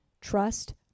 trust